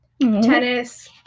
Tennis